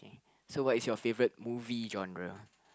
so what is your favourite movie genre